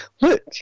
look